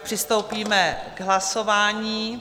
Přistoupíme k hlasování.